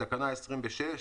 בתקנה 26,